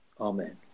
Amen